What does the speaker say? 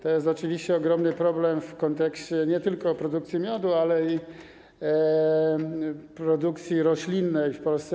To jest oczywiście ogromny problem w kontekście nie tylko produkcji miodu, ale i produkcji roślinnej w Polsce.